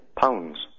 pounds